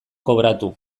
kobratu